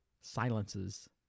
silences